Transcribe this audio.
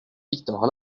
victor